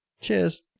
Cheers